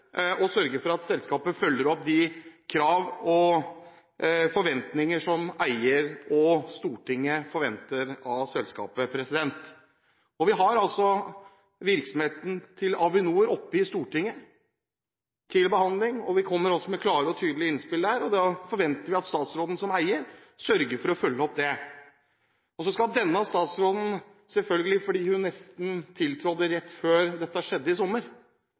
å sørge for at selskapet følger opp de krav og forventninger som eier og Stortinget forventer av selskapet. Vi har altså virksomheten til Avinor oppe til behandling i Stortinget, vi kommer også med klare og tydelige innspill, og da forventer vi at statsråden som eier sørger for å følge opp det. Så skal denne statsråden, siden hun tiltrådte rett før dette skjedde i sommer,